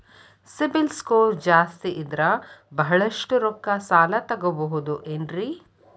CIBIL score ಜಾಸ್ತಿ ಇದ್ರ ಬಹಳಷ್ಟು ರೊಕ್ಕ ಸಾಲ ತಗೋಬಹುದು ಏನ್ರಿ?